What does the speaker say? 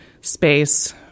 space